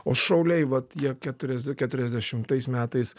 o šauliai vat jie keturiasde keturiasdešimtais metais